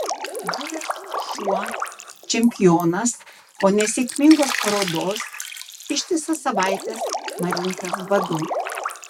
buvęs šuo čempionas po nesėkmingos parodos ištisas savaites marintas badu